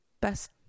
best